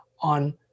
on